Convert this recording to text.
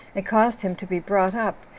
and caused him to be brought up,